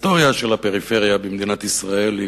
ההיסטוריה של הפריפריה במדינת ישראל היא